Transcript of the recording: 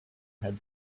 had